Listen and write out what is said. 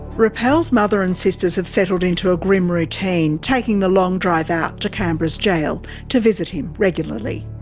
rappel's mother and sisters have settled into a grim routine, taking the long drive out to canberra's jail to visit him regularly.